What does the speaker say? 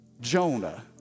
Jonah